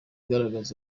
igaragaramo